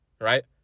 right